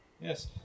Yes